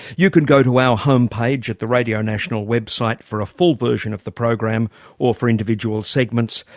you can go to our home page at the radio national website for a full version of the program or for individual segments.